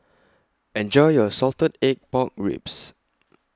Enjoy your Salted Egg Pork Ribs